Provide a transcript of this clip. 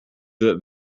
that